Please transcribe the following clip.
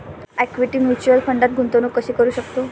Equity mutual फंडात गुंतवणूक कशी करू शकतो?